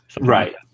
Right